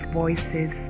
voices